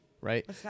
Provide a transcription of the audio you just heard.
right